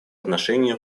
отношении